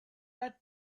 red